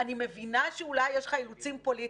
אני מבינה שאולי יש לך אילוצים פוליטיים,